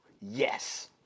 Yes